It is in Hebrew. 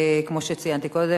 כמו שצייתי קודם,